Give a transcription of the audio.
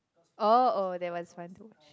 oh oh there was fun to watch